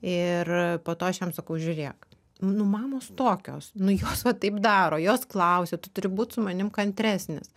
ir po to aš jam sakau žiūrėk nu mamos tokios nu jos va taip daro jos klausia tu turi būt su manim kantresnis